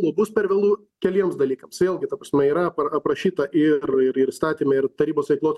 jau bus per vėlu keliems dalykams vėlgi ta prasme yra aprašyta ir ir įstatyme ir tarybos veiklos